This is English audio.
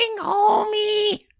Homie